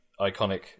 iconic